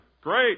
Great